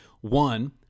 one